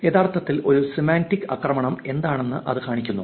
യഥാർത്ഥത്തിൽ ഒരു സെമാന്റിക് ആക്രമണം എന്താണെന്ന് ഇത് കാണിക്കുന്നു